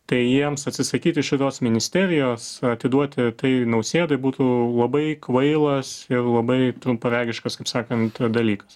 tai jiems atsisakyti šitos ministerijos atiduoti tai nausėdai būtų labai kvailas ir labai trumparegiškas kaip sakant dalykas